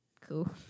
Cool